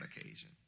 occasion